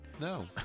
No